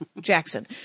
Jackson